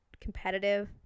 competitive